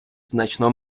значно